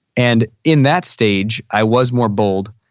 and in that stage, i was more bold.